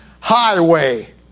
highway